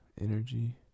energy